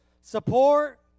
support